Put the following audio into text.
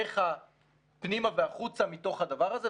איך הפנימה והחוצה מתוך הדבר הזה,